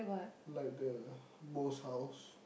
like the Bose house